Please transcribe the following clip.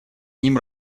ним